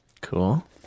Cool